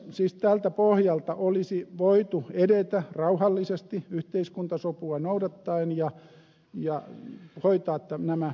siis tältä pohjalta olisi voitu edetä rauhallisesti yhteiskuntasopua noudattaen ja hoitaa nämä asiat